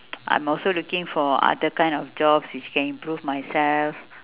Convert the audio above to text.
I'm also looking for other kind of jobs which can improve myself